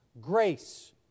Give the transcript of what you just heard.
grace